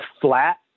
flat